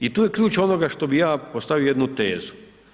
I tu je ključ ono što bi ja postavio jednu tezu.